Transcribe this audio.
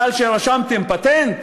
מפני שרשמתם פטנט?